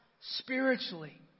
spiritually